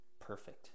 perfect